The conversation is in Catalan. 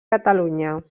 catalunya